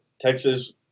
Texas